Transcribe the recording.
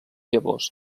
llavors